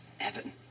Evan